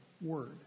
Word